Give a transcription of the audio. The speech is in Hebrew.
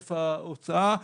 ובהיקף ההוצאה.